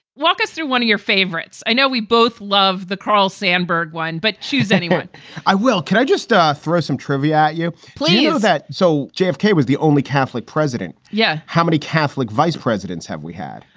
walk us through one of your favorites. i know we both love the carl sandburg wine, but she's anyone i will can i just ah throw some trivia at you, please? is that so? jfk was the only catholic president. yeah. how many catholic vice presidents have we had?